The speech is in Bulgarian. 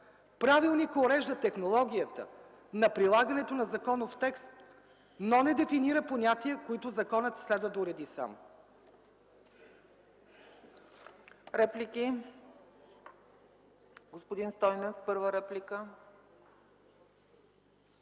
Правилникът урежда технологията на прилагането на законов текст, но не дефинира понятия, които законът следва да уреди сам.